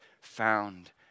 found